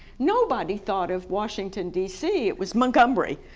nobody thought of washington, dc, it was montgomery,